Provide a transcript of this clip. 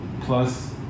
Plus